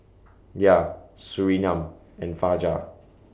Dhia Surinam and Fajar